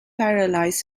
paralyzed